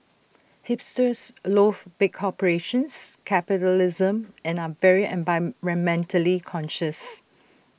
hipsters loath big corporations capitalism and are very environmentally conscious